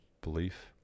belief